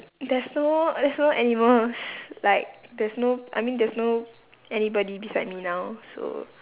there's no there's no animals like there's no I mean there's no anybody beside me now so